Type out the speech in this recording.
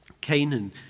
Canaan